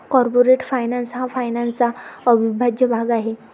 corporate finance हा फायनान्सचा अविभाज्य भाग आहे